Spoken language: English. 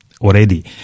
already